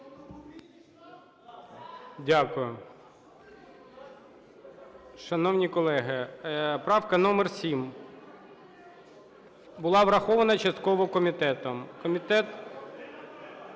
Дякую. Шановні колеги, правка номер 7 була врахована частково комітетом.